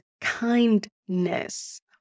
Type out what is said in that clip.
kindness